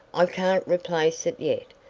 i can't replace it yet.